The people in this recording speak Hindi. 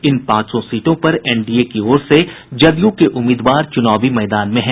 इन पांचों सीटों पर एनडीए की ओर से जदयू के उम्मीदवार चुनाव मैदान में हैं